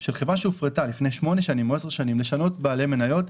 של חברה שהופרטה לפני שמונה שנים או עשר שנים לשנות בעלי מניות,